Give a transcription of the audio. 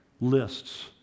lists